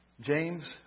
James